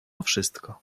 wszystko